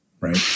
Right